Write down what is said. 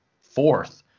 fourth